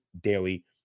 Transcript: daily